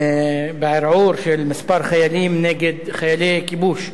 בערעור של כמה חיילים, חיילי כיבוש,